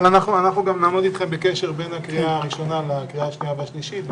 נעמוד אתכם בקשר בין הקריאה הראשונה לקריאה השנייה והשלישית.